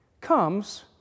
comes